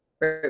Right